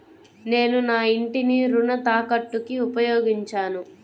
నేను నా ఇంటిని రుణ తాకట్టుకి ఉపయోగించాను